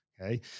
okay